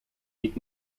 niet